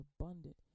abundant